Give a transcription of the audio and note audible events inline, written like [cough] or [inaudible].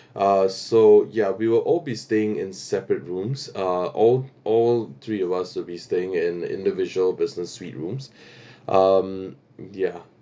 uh so ya we will all be staying in separate rooms uh all all three of us would be staying in individual business suite rooms [breath] um ya